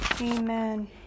Amen